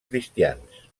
cristians